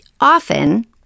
often